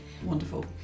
Wonderful